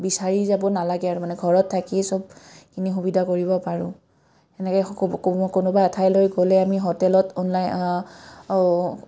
বিচাৰি যাব নালাগে আৰু মানে ঘৰত থাকি চবখিনি সুবিধা কৰিব পাৰোঁ তেনেকৈ কোনোবা এঠাইলৈ গ'লে আমি হোটেলত অনলাইন